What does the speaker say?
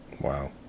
Wow